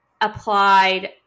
applied